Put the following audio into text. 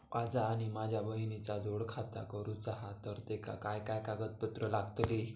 माझा आणि माझ्या बहिणीचा जोड खाता करूचा हा तर तेका काय काय कागदपत्र लागतली?